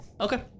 Okay